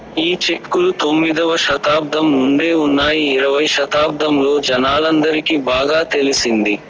ఈ చెక్కులు తొమ్మిదవ శతాబ్దం నుండే ఉన్నాయి ఇరవై శతాబ్దంలో జనాలందరికి బాగా తెలిసింది